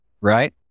right